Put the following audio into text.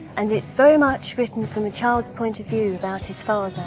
and it's very much written from a child's point of view about his father.